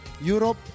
Europe